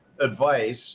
advice